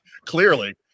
clearly